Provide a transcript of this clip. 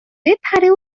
بپره